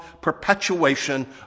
perpetuation